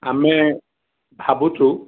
ଆମେ ଭାବୁଛୁ